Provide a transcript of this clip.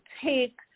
take